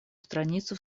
страницу